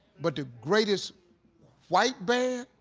but the greatest white band,